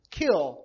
kill